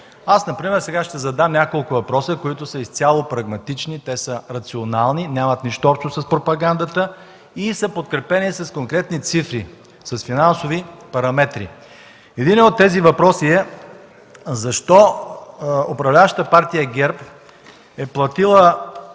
Сега например ще задам няколко въпроса, които са изцяло прагматични, рационални, нямат нищо общо с пропагандата и са подкрепени с конкретни цифри, с финансови параметри. Единият от тях е: защо управляващата партия ГЕРБ е платила